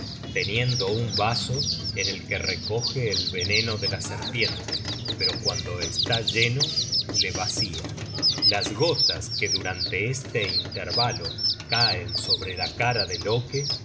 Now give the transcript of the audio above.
teniendo un vaso en el que recoge el veneno de la serpiente pero cuando está lleno le vacia las gotas que durante este intervalo caen sobre la cara de loke le